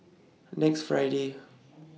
next Friday